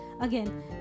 again